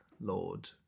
Lord